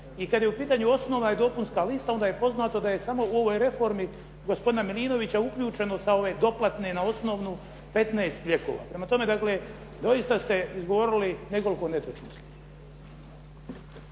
i kada je u pitanju osnova i dopunska lista onda je poznato da je samo u ovoj reformi gospodina Milinovića uključeno sa ove doplate na osnovnu 15 lijekova. Prema tome, dosita ste izgovorili nekoliko netočnosti.